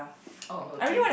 oh okay